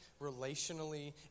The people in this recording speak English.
relationally